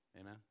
Amen